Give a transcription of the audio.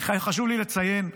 חשוב לי לציין,